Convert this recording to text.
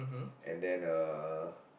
and then uh